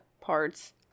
parts